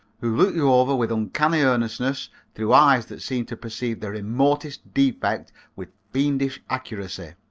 who look you over with uncanny earnestness through eyes that seem to perceive the remotest defect with fiendish accuracy.